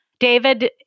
David